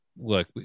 Look